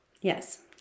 Yes